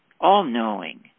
all-knowing